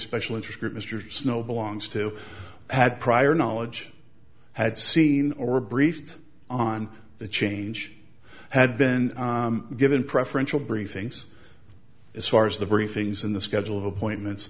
special interest group mr snow belongs to had prior knowledge had seen or briefed on the change had been given preferential briefings as far as the briefings in the schedule of appointments